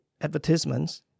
advertisements